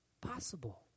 possible